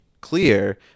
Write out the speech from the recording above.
clear